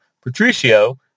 Patricio